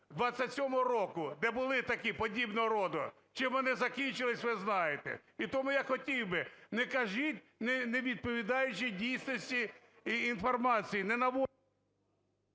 27-го року, де були такі подібного роду, чим вони закінчилися ви знаєте. І тому я хотів би, не кажіть невідповідаючої дійсності інформації, не наводьте...